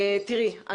תראי,